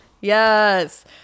Yes